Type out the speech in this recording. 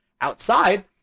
Outside